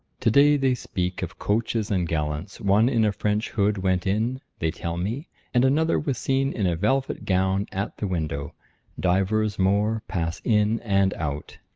to-day they speak of coaches and gallants one in a french hood went in, they tell me and another was seen in a velvet gown at the window divers more pass in and out.